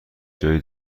جایی